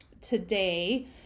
today